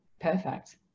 perfect